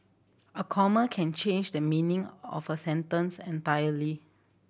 a comma can change the meaning of a sentence entirely